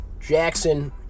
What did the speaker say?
Jackson